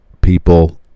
people